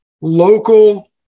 local